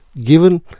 given